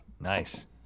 Nice